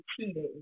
cheating